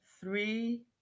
three